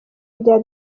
rya